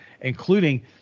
including